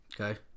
Okay